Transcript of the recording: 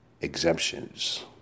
exemptions